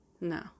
No